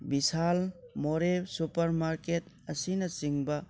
Vishal More supermarket ꯑꯁꯤꯅꯆꯤꯡꯕ